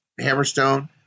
Hammerstone